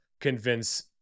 convince